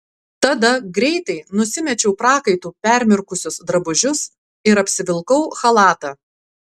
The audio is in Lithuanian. tada greitai nusimečiau prakaitu permirkusius drabužius ir apsivilkau chalatą